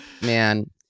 man